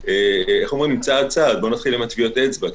אבל צעד-צעד נתחיל עם טביעות האצבע,